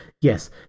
Yes